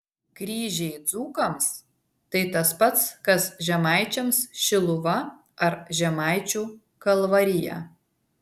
kryžiai dzūkams tai tas pats kas žemaičiams šiluva ar žemaičių kalvarija